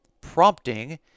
prompting